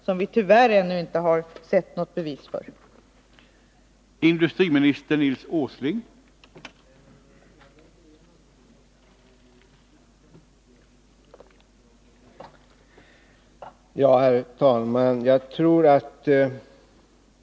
Tyvärr har vi ännu inte sett något bevis på att sådana har vidtagits.